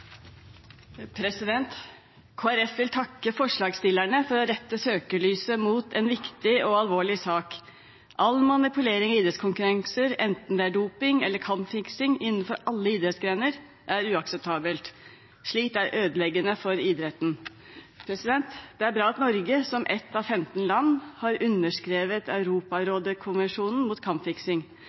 vil takke forslagsstillerne for å rette søkelyset mot en viktig og alvorlig sak. All manipulering i idrettskonkurranser, enten det er doping eller kampfiksing, innenfor alle idrettsgrener er uakseptabelt. Slikt er ødeleggende for idretten. Det er bra at Norge, som ett av 15 land, har underskrevet Europarådets konvensjon mot kampfiksing.